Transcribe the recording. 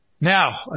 Now